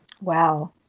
Wow